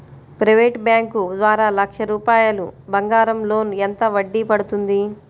Private bank ద్వారా లక్ష రూపాయలు బంగారం లోన్ ఎంత వడ్డీ పడుతుంది?